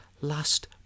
last